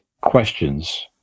questions